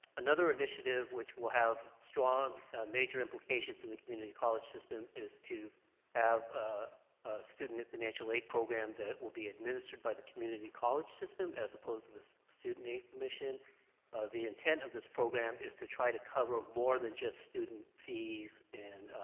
another initiative which will have strong major implications in the community college system is to have ah student at financial aid program that will be administered by the community college system as opposed to this student aid commission the intent of this program is to try to cover more than just student fees and